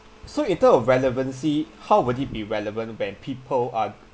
so in terms of relevancy how would it be relevant when people are